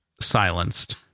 silenced